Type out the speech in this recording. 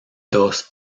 dos